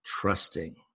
trusting